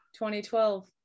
2012